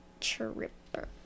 Tripper